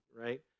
right